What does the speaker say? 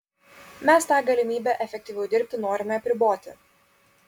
mes tą galimybę efektyviau dirbti norime apriboti